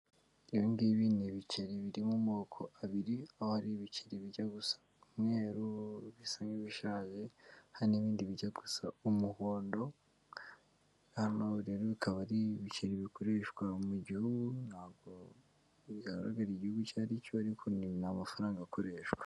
Ibi ngibi ni ibiceri biri mu moko abiri, aho ari ibiceri bijya gusa umweru bisa n'ibishaje hari n'ibindi bijya gusa umuhondo rero bikaba ari ibiceri bikoreshwa mu gihugu, ntabwo bigaragara igihugu icyo ari cyo ariko ni amafaranga akoreshwa.